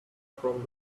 from